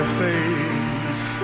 face